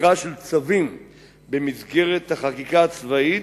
סדרה של צווים במסגרת החקיקה הצבאית.